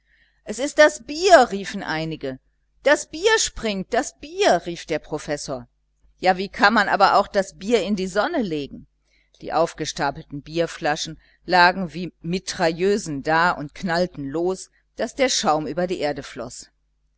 es ist das bier riefen einige das bier springt das bier rief der professor ja wie kann man aber auch das bier in die sonne legen die aufgestapelten bierflaschen lagen wie mitrailleusen da und knallten los daß der schaum über die erde floß